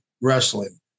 wrestling